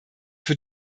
für